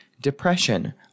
depression